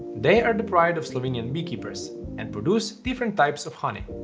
they are the pride of slovenian beekeepers and produce different types of honey.